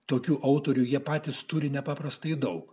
tokių autorių jie patys turi nepaprastai daug